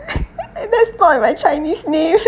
that's not my chinese name